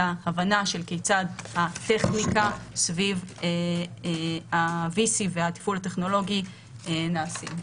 ההבנה של הטכניקה סביב ה-VC והתפעול הטכנולוגי נעשים.